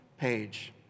page